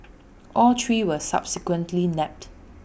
all three were subsequently nabbed